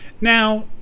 now